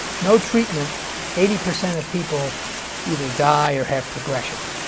no treatment eighty percent of people either die or have progression.